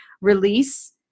release